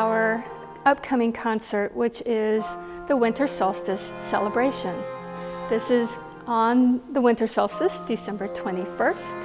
our upcoming concert which is the winter solstice celebration this is on the winter solstice december twenty first